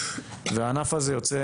הענף הזה יוצא